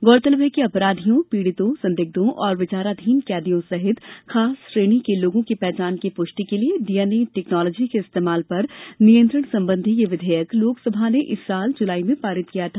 गौरतलब है कि अपराधियों पीडितों संदिग्धों और विचाराधीन कैदियों सहित खास श्रेणी के लोगों की पहचान की पुष्टि के लिए डीएनए टेक्नोलॉजी के इस्तेमाल पर नियंत्रण संबंधी यह विधेयक लोकसभा ने इस वर्ष जुलाई में पारित किया था